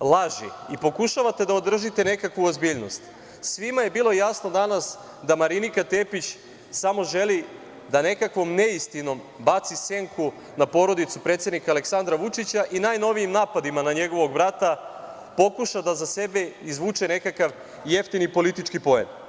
laži i pokušavate da održite nekakvu ozbiljnost, svima je bilo jasno danas da Marinika Tepić samo želi da nekakvom neistinom baci senku na porodicu predsednika Aleksandra Vučića i najnovijim napadima na njegovog brata pokuša da za sebe izvuče nekakav jeftini politički poen.